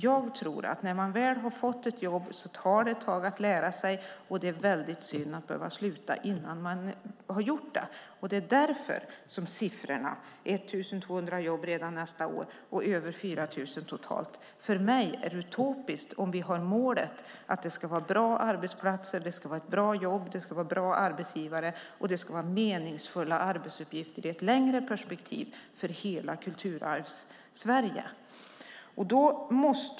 Jag tror att när man väl har fått ett jobb tar det ett tag att lära sig, och det är synd att behöva sluta innan man är färdiglärd. Det är därför som siffrorna 1 200 jobb redan nästa år och över 4 000 totalt för mig är utopiska om vi har målet att det ska vara bra arbetsplatser, bra jobb, bra arbetsgivare och meningsfulla arbetsuppgifter i ett längre perspektiv för hela Kulturarvssverige.